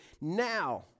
Now